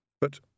But